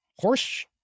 horse